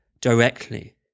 directly